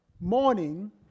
morning